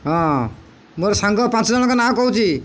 ହଁ ମୋର ସାଙ୍ଗ ପାଞ୍ଚ ଜଣଙ୍କ ନାଁ କହୁଛି